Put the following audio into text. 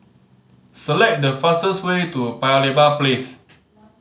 select the fastest way to Paya Lebar Place